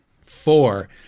Four